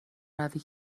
روی